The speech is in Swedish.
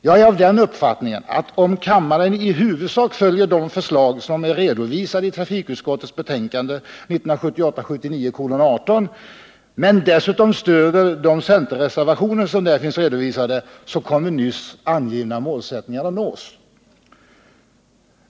Jag är av den uppfattningen att om kammaren i huvudsak följer de förslag som är redovisade i trafikutskottets betänkande 1978/79:18, men dessutom stöder de centerreservationer som där finns redovisade, så kommer nyss angivna målsättning att uppnås.